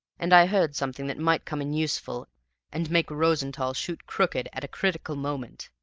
and i heard something that might come in useful and make rosenthall shoot crooked at a critical moment.